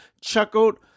chuckled